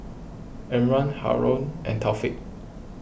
Imran Haron and Taufik